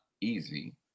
easy